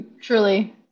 truly